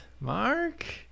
Mark